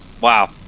wow